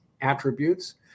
attributes